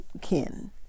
kin